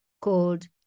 called